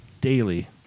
daily